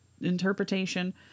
interpretation